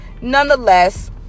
Nonetheless